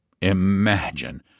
Imagine